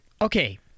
okay